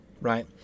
right